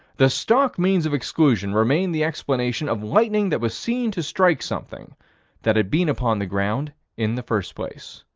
the stock means of exclusion remained the explanation of lightning that was seen to strike something that had been upon the ground in the first place.